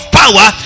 power